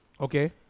Okay